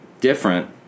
different